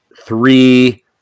three